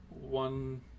one